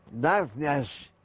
darkness